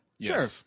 Sure